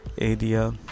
area